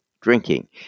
drinking